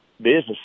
business